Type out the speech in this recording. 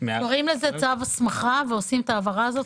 -- קוראים לזה צו הסמכה ועושים את ההעברה הזאת,